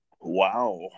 Wow